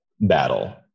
battle